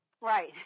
Right